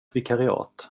vikariat